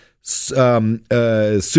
Super